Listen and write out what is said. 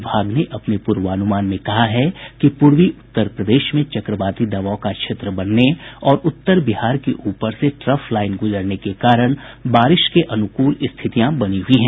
विभाग ने अपने पूर्वानुमान में कहा है कि पूर्वी उत्तर प्रदेश में चक्रवाती दबाव का क्षेत्र बनने और उत्तर बिहार के ऊपर से ट्रफ लाईन गुजरने के कारण बारिश के अनुकूल स्थितियां बनी हुयी हैं